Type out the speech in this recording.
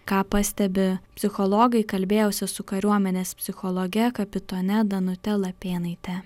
ką pastebi psichologai kalbėjausi su kariuomenės psichologe kapitone danute lapėnaite